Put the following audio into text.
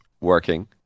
working